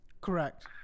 correct